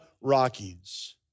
Rockies